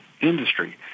industry